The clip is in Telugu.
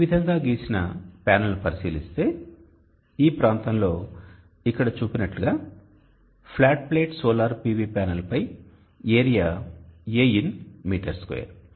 ఇక్కడ ఈ విధంగా గీసిన ప్యానెల్ను పరిశీలిస్తే ఈ ప్రాంతం లో చూపినట్లుగా flat plate solar PV panel పై area A in metre square